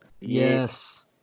Yes